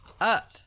up